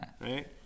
Right